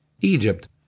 Egypt